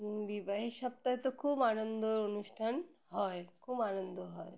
বিবাহের সপ্তাহে তো খুব আনন্দ অনুষ্ঠান হয় খুব আনন্দ হয়